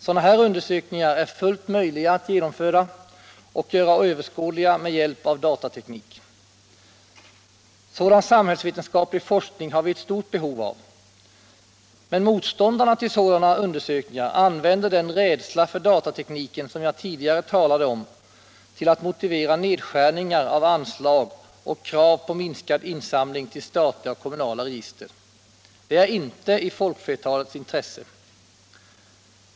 Sådana här undersökningar är fullt möjliga att genomföra och göra överskådliga med hjälp av datateknik. Sådan samhällsvetenskaplig forskning har vi ett stort behov av. Men motståndarna till sådana undersökningar använder den rädsla för datatekniken som jag tidigare talade om till att motivera nedskärning av anslag och krav på minskad insamling till statliga och kommunala register. Det är inte i folkflertalets intresse.